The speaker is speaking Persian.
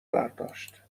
برداشت